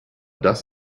das